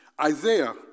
Isaiah